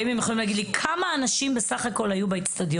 האם הם יכולים לומר לי כמה אנשים בסך-הכול היו באצטדיון,